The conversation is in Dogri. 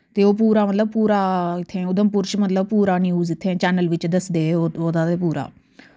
ते ओह् पूरा मतलव पूरा इत्थें ऊधमपुर च मतलव पूरा न्यूज चैन्नल बिच्च दसदे हे ओह् ओह्दा पूरा